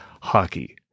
hockey